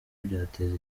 byatera